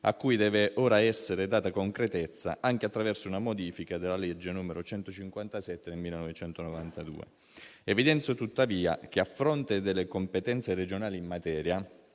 a cui deve ora essere data concretezza anche attraverso una modifica della legge n. 157 del 1992. Evidenzio tuttavia che, a fronte delle competenze regionali in materia,